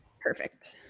Perfect